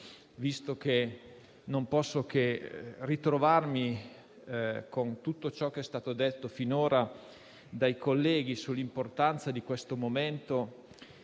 visto che non posso che ritrovarmi con tutto ciò che è stato detto finora dai colleghi sull'importanza di questo momento,